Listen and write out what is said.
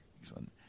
excellent